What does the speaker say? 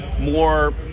more